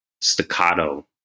staccato